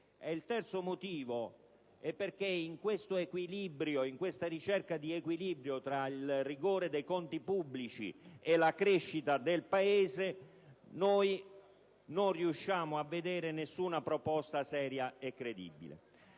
ieri. Infine, perché in questa ricerca di equilibrio tra il rigore dei conti pubblici e la crescita del Paese noi non riusciamo a vedere nessuna proposta seria e credibile.